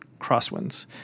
crosswinds